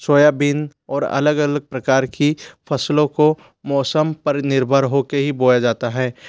soybean और अलग अलग प्रकार की फसलों को मौसम पर निर्भर होके ही बोया जाता है